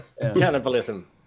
Cannibalism